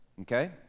Okay